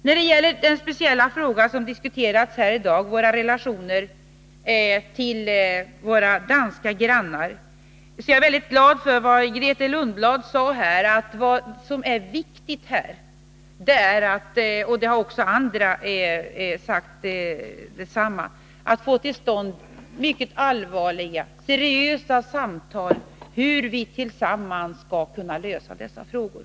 När det gäller den speciella fråga som diskuterats här i dag, relationerna till våra danska grannar, är jag väldigt glad över vad Grethe Lundblad sade, nämligen att det viktiga är, vilket andra också har sagt, att få till stånd mycket allvarliga, seriösa samtal om hur vi tillsammans skall kunna lösa dessa frågor.